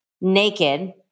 naked